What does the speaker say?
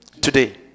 Today